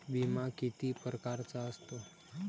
बिमा किती परकारचा असतो?